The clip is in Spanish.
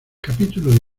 capítulo